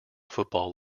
football